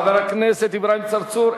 חבר הכנסת אברהים צרצור,